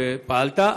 ופעלת.